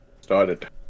started